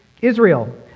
Israel